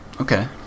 Okay